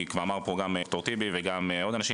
כי כבר אמרו פה גם ד"ר טיבי וגם עוד אנשים,